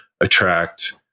attract